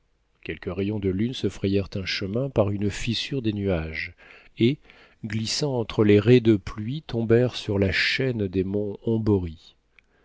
quelques rayons de lune se frayèrent un chemin par une fissure des nuages et glissant entre les raies de pluie tombèrent sur la chaîne des monts